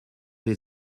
des